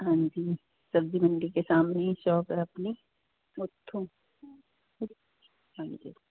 ਹਾਂਜੀ ਸਬਜੀ ਮੰਡੀ ਕੇ ਸਾਮਨੇ ਸ਼ੋਪ ਹੈ ਆਪਣੀ ਉੱਥੋਂ ਹਾਂਜੀ